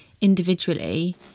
individually